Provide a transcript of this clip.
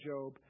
Job